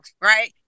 right